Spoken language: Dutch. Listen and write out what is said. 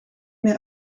meer